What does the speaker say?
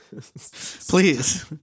Please